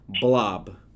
Blob